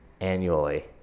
annually